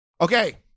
Okay